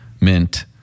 mint